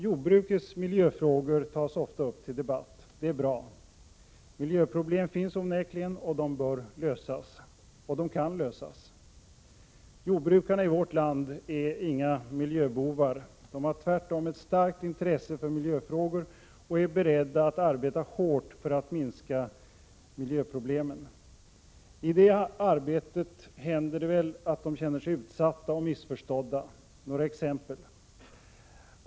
Jordbrukets miljöfrågor tas ofta upp till debatt. Det är bra. Miljöproblem finns onekligen, och de bör lösas. Och de kan lösas. Jordbrukarna i vårt land är inga miljöbovar. De har tvärtom ett starkt intresse för miljöfrågor och är beredda att arbeta hårt för att minska miljöproblemen. I det arbetet händer det väl att de känner sig utsatta och missförstådda. Några exempel.